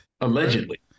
Allegedly